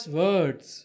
words